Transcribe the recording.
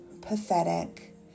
Pathetic